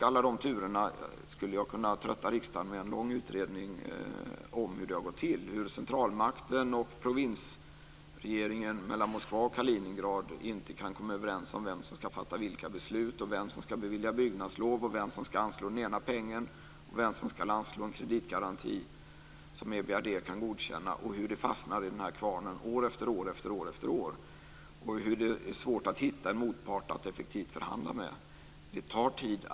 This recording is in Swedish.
Alla de turerna skulle jag kunna trötta riksdagen med en lång utredning om hur det har gått till, hur centralmakten och provinsregeringen mellan Moskva och Kaliningrad inte kan komma överens om vem som ska fatta vilka beslut, vem som ska bevilja byggnadslov och vem som ska anslå den ena pengen, vem som ska anslå en kreditgaranti som EBRD kan godkänna, hur det fastnar i den här kvarnen år efter år, hur svårt det är att hitta en motpart att effektivt förhandla med. Allting tar tid.